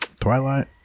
Twilight